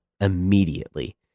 immediately